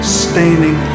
staining